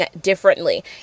differently